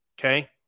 Okay